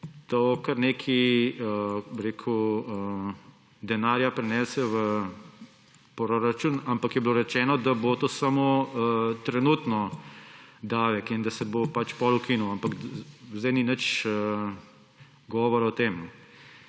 To kar nekaj denarja prinese v poračun, ampak je bilo rečeno, da bo to samo trenutni davek in da se bo potem ukinil, ampak zdaj ni nič govora o tem.